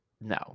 No